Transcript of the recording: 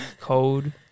code